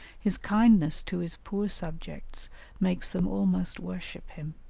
his kindness to his poor subjects makes them almost worship him.